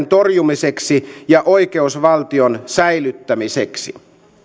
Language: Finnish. torjumiseksi ja oikeusvaltion säilyttämiseksi